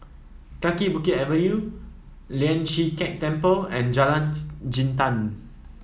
Kaki Bukit Avenue Lian Chee Kek Temple and Jalan Jintan